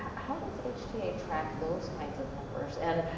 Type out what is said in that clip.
how does h ta track those kind of numbers and